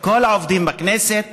כל העובדים בכנסת